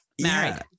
married